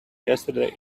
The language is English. yesterday